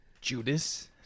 Judas